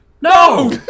No